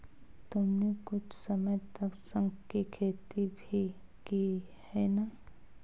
तुमने कुछ समय तक शंख की खेती भी की है ना?